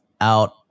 out